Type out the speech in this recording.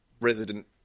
resident